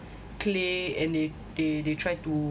clay and they they they try to